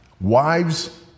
Wives